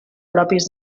propis